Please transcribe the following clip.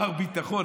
מר ביטחון,